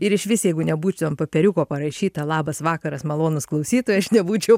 ir išvis jeigu nebūtų ant popieriuko parašytą labas vakaras malonūs klausytojai aš nebūčiau